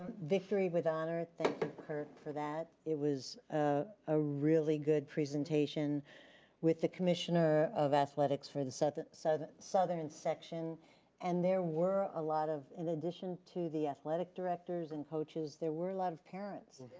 victory with honor, thank you kurt for that. it was ah a really good presentation with the commissioner of athletics for the southern so the southern section and there were a lot of, in addition to the athletic directors and coaches there were a lot of parents,